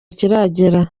kiragera